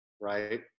Right